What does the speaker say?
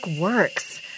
works